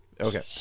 okay